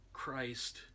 Christ